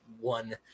one